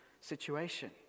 situation